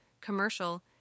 commercial